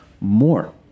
more